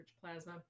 plasma